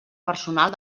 personal